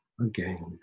again